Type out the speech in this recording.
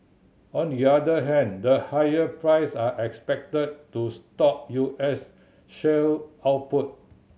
on the other hand the higher price are expected to stoke U S shale output